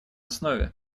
основе